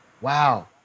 wow